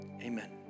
Amen